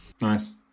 Nice